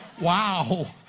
Wow